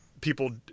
people